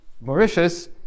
Mauritius